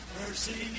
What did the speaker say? mercy